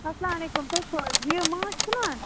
اسلام علیکُم تُہۍ چھِو حظ یہِ ماچھ کٕنان